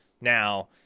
now